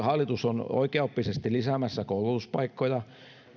hallitus on oikeaoppisesti lisäämässä koulutuspaikkoja